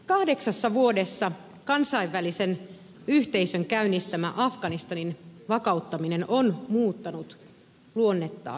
kahdeksassa vuodessa kansainvälisen yhteisön käynnistämä afganistanin vakauttaminen on muuttanut luonnettaan oleellisesti